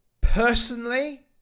Personally